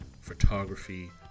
photography